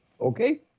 okay